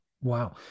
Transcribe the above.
Wow